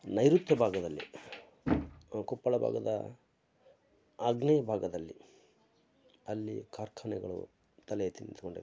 ನೈಋತ್ಯ ಭಾಗದಲ್ಲಿ ಕೊಪ್ಪಳ ಭಾಗದ ಆಗ್ನೇಯ ಭಾಗದಲ್ಲಿ ಅಲ್ಲಿ ಕಾರ್ಖಾನೆಗಳು ತಲೆಯೆತ್ತಿ ನಿಂತುಕೊಂಡಿವೆ